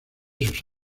sus